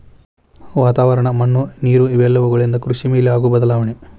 ವಾತಾವರಣ, ಮಣ್ಣು ನೇರು ಇವೆಲ್ಲವುಗಳಿಂದ ಕೃಷಿ ಮೇಲೆ ಆಗು ಬದಲಾವಣೆ